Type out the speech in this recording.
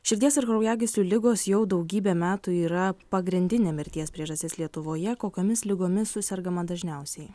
širdies ir kraujagyslių ligos jau daugybę metų yra pagrindinė mirties priežastis lietuvoje kokiomis ligomis susergama dažniausiai